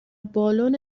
بالن